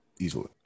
easily